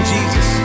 Jesus